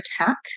attack